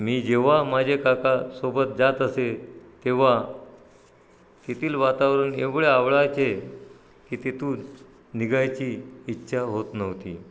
मी जेव्हा माझे काकासोबत जात असे तेव्हा तेथील वातावरण एवढे आवडायचे की तिथून निघायची इच्छा होत नव्हती